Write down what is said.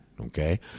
okay